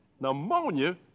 Pneumonia